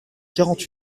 quarante